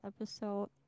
episode